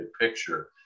picture